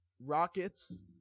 Rockets